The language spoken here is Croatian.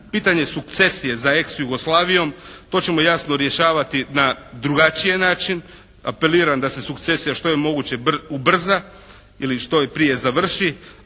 pitanje sukcesije za ex-Jugoslavijom to ćemo jasno rješavati na drugačiji način. Apeliram da se sukcesija što je moguće ubrza ili što prije završi,